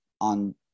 on